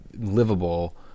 livable